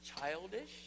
childish